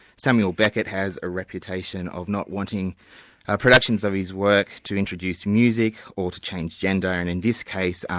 samuel beckett has a reputation of not wanting productions of his work to introduce music or to change gender, and in this case, um